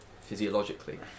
Physiologically